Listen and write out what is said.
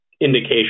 indication